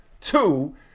Two